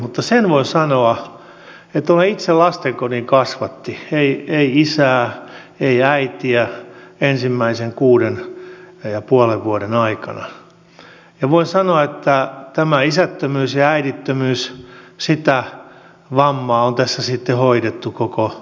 mutta sen voin sanoa että kun olen itse lastenkodin kasvatti ei isää ei äitiä ensimmäisen kuuden ja puolen vuoden aikana tätä isättömyyttä ja äidittömyyttä sitä vammaa on tässä sitten hoidettu koko elinikä